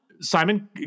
Simon